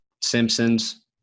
Simpsons